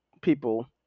people